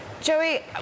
Joey